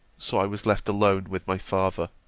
so i was left alone with my father.